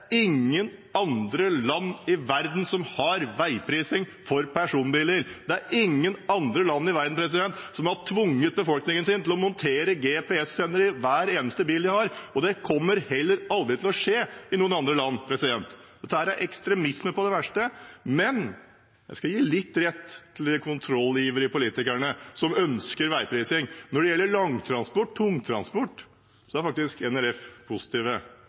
ingen andre land i verden som har tvunget befolkningen sin til å montere GPS-sender i hver eneste bil de har, og det kommer heller aldri til å skje i noen andre land. Dette er ekstremisme på det verste. Men jeg skal gi litt rett til de kontrollivrige politikerne som ønsker veiprising. Når det gjelder langtransport, tungtransport, er faktisk